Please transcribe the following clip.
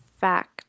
fact